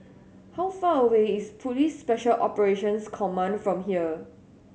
how far away is Police Special Operations Command from here